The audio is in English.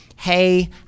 Hey